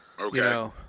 Okay